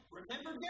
remember